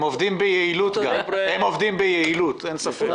הם גם עובדים ביעילות, אין ספק.